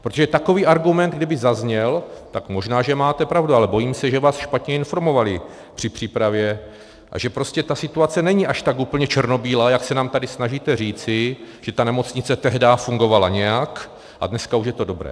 Protože takový argument kdyby zazněl, možná že máte pravdu, ale bojím se, že vás špatně informovali při přípravě a že prostě ta situace není tak úplně černobílá, jak se nám snažíte říct, že ta nemocnice tehdy fungovala nějak a dneska už je to dobré.